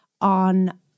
on